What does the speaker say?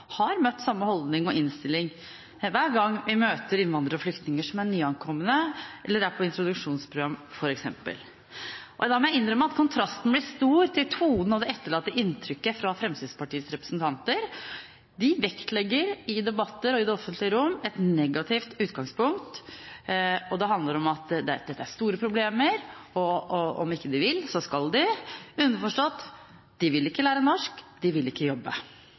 har møtt samme holdning og innstilling hver gang vi møter innvandrere og flyktninger som er nyankomne, eller er på introduksjonsprogram f.eks. Da må jeg innrømme at kontrasten blir stor til tonen og det etterlatte inntrykket fra Fremskrittspartiets representanter. De vektlegger i debatter og i det offentlige rom et negativt utgangspunkt, og det handler om at dette er store problemer, og om de ikke vil, så skal de. Underforstått: De vil ikke lære norsk, de vil ikke jobbe.